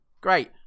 Great